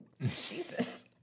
Jesus